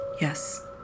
Yes